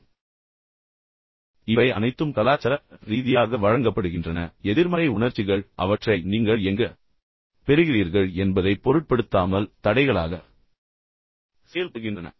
எனவே இவை அனைத்தும் கலாச்சார ரீதியாக வழங்கப்படுகின்றன ஆனால் எதிர்மறை உணர்ச்சிகள் அவற்றை நீங்கள் எங்கு பெறுகிறீர்கள் என்பதைப் பொருட்படுத்தாமல் தடைகளாக செயல்படுகின்றன